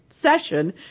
session